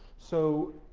so,